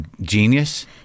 genius